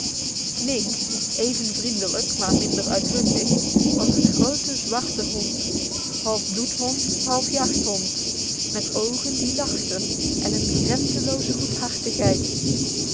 nig even vriendelijk maar minder uitbundig was een grote zwarte hond half bloedhond half jachthond met ogen die lachten en een grenzenloze goedhartigheid